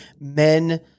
men